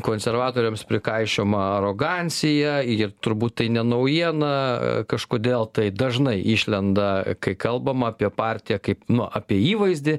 konservatoriams prikaišiojama arogancija ir turbūt tai ne naujiena kažkodėl tai dažnai išlenda kai kalbama apie partiją kaip apie įvaizdį